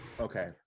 Okay